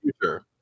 future